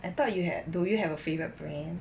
I thought you have do you have a favourite brand